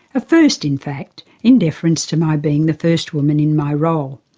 a first, in fact, in deference to my being the first woman in my role.